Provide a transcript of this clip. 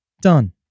done